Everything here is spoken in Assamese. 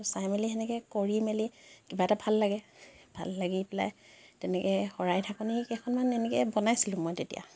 চাই মেলি সেনেকৈ কৰি মেলি কিবা এটা ভাল লাগে ভাল লাগি পেলাই তেনেকৈ শৰাই ঢাকনি কেইখনমান এনেকৈ বনাইছিলোঁ মই তেতিয়া